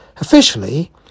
Officially